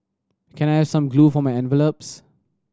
can I have some glue for my envelopes